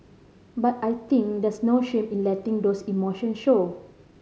but I think there's no shame in letting those emotions show